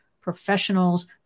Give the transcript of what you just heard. professionals